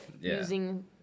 using